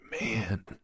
Man